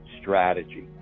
strategy